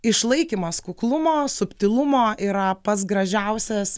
išlaikymas kuklumo subtilumo yra pats gražiausias